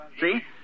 see